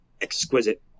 exquisite